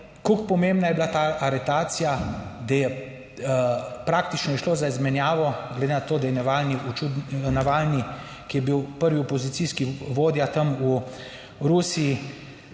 kako pomembna je bila ta aretacija, da je praktično je šlo za izmenjavo, glede na to, da je Navalni, Navalni, ki je bil prvi opozicijski vodja tam v Rusiji,